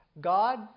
God